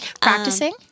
Practicing